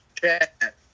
chat